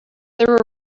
there